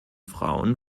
frauen